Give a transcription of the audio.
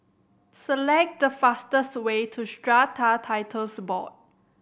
select the fastest way to Strata Titles Board